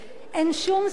אין שום סיבה,